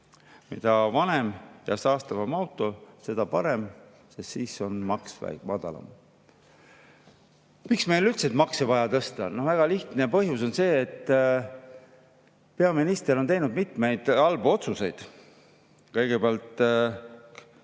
mida vanem ja saastavam auto, seda parem, sest siis on maks madalam. Miks meil üldse on vaja makse tõsta? Väga lihtne. Põhjus on see, et peaminister on teinud mitmeid halbu otsuseid. Kõigepealt Eleringi